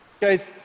Guys